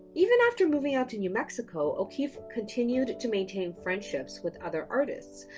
even after moving out to new mexico, o'keeffe continued to maintain friendships with other artists,